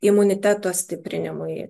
imuniteto stiprinimui